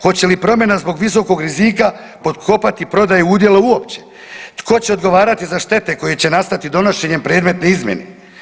Hoće li promjena zbog visokog rizika potkopati prodaju udjela uopće, tko će odgovarati za štete koje će nastati donošenjem predmetne izmjene?